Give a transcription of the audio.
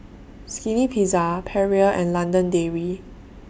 Skinny Pizza Perrier and London Dairy